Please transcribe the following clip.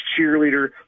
cheerleader